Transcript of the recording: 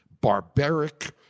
barbaric